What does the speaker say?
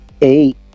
eight